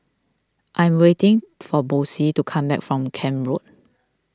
I'm waiting for Boysie to come back from Camp Road